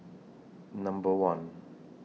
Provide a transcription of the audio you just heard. Number one